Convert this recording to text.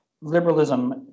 liberalism